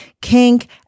kink